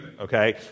okay